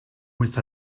with